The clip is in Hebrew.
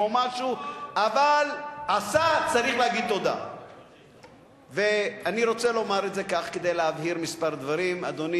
אבל אני יכול לומר לך שחבר הכנסת דודו רותם לפני פחות משנה